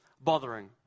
bothering